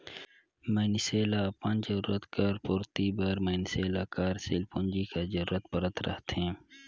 मइनसे ल अपन जरूरत कर पूरति बर मइनसे ल कारसील पूंजी कर जरूरत परत रहथे